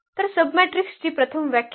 तर सबमॅट्रिक्सची प्रथम व्याख्या